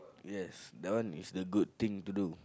yes that one is the good thing to do